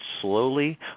slowly